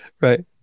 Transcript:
Right